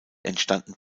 entstanden